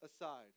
aside